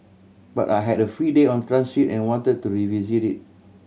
but I had a free day on transit and wanted to revisit it